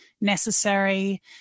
necessary